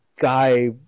guy